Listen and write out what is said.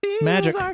magic